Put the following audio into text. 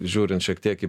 žiūrint šiek tiek į